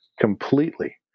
completely